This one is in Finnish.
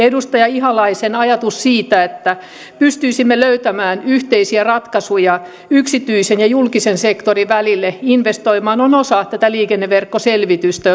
edustaja ihalaisen ajatus siitä että pystyisimme löytämään yhteisiä ratkaisuja yksityisen ja julkisen sektorin välille investoimaan on osa tätä liikenneverkkoselvitystä